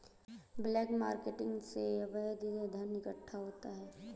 black marketing से अवैध धन इकट्ठा होता है